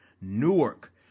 newark